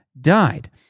died